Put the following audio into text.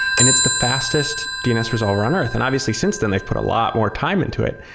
and it's the fastest dns resolver on earth. and obviously, since then, they've put a lot more time into it,